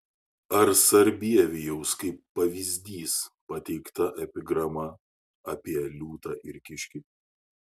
ar sarbievijaus kaip pavyzdys pateikta epigrama apie liūtą ir kiškį